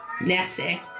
Nasty